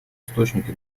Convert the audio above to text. источники